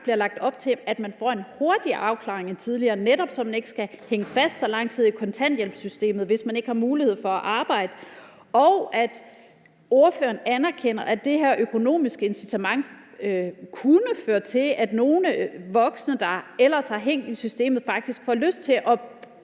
bliver lagt op til, at man får en hurtigere afklaring end tidligere, netop så man ikke skal hænge fast så lang tid i kontanthjælpssystemet, hvis man ikke har mulighed for at arbejde, og at ordføreren anerkender, at det her økonomiske incitament kunne føre til, at nogle voksne, der ellers har hængt i systemet, faktisk får lyst til at